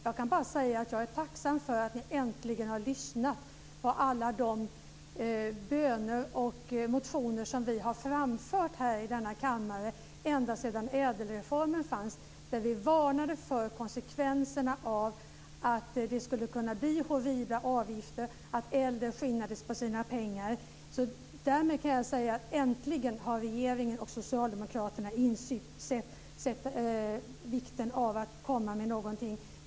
Jag kan bara säga att jag är tacksam för att ni äntligen har lyssnat på alla de böner och motioner som vi har framfört här i denna kammare ända sedan den tid då ädelreformen fanns. Då varnade vi för konsekvenserna av detta; att det skulle kunna bli horribla avgifter och att äldre skulle skinnas på sina pengar. Därmed kan jag säga att äntligen har regeringen och Socialdemokraterna insett vikten av att komma med någonting.